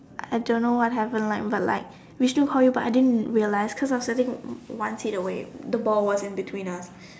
I don't know what happened like but like Vishnu called you but I didn't release because I was sitting one seat away the ball was in between us